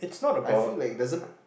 I feel like it doesn't